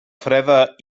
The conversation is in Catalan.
freda